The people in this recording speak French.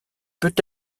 peut